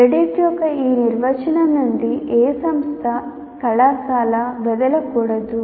credit యొక్క ఈ నిర్వచనం నుండి ఏ సంస్థ కళాశాల వైదొలగకూడదు